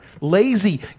lazy